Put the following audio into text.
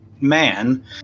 man